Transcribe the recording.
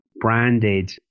branded